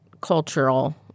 cultural